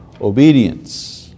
obedience